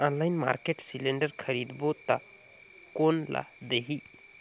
Online market cylinder खरीदबो ता कोन ला देही?